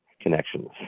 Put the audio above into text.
connections